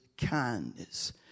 kindness